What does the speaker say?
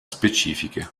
specifiche